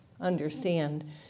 understand